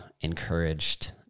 encouraged